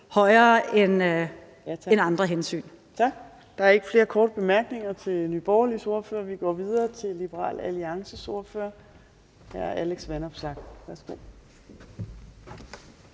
(Trine Torp): Tak. Der er ikke flere korte bemærkninger til Nye Borgerliges ordfører. Vi går videre til Liberal Alliances ordfører, hr. Alex Vanopslagh. Værsgo.